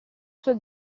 suo